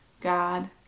God